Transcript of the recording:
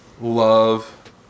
love